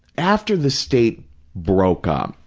after the state broke up,